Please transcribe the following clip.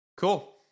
Cool